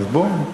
עמדה נוספת?